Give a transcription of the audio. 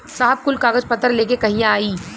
साहब कुल कागज पतर लेके कहिया आई?